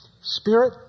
spirit